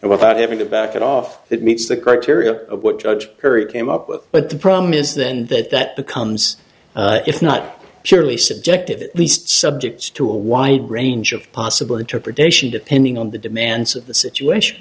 without having to back it off that meets the criteria of what judge perry came up with but the problem is then that that becomes if not surely subjective at least subject to a wide range of possible interpretation depending on the demands of the